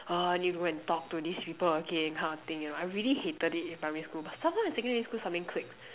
!aww! I need to go and talk to these people again kind of thing you know I really hated it in primary school but somehow in secondary school something clicked